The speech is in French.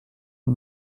aux